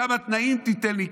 כמה תנאים תיתן לי,